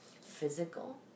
physical